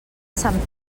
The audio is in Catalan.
sant